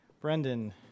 Brendan